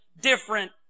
different